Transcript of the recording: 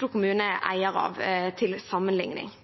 Oslo kommune er eier